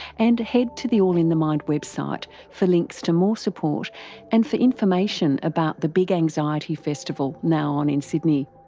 and head to the all in the mind website for links to more support and for information about the big anxiety festival now on in sydney.